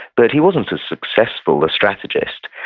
but he wasn't as successful a strategist,